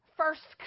first